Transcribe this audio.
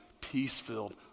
peace-filled